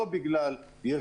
המשבר הזה הפתיע את כולם,